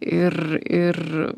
ir ir